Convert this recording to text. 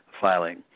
filing